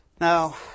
Now